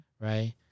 right